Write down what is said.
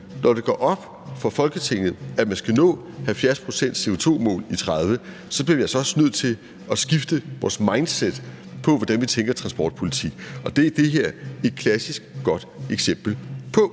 når det går op for Folketinget, at man skal nå målet om 70 pct.'s CO2-reduktion i 2030, bliver vi altså også nødt til at skifte vores mindset på, hvordan vi tænker transportpolitik. Og det er det her et klassisk og godt eksempel på.